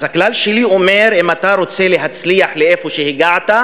אז הכלל שלי אומר: אם אתה רוצה להצליח איפה שהגעת,